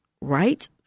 right